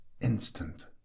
instant